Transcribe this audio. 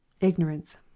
IGNORANCE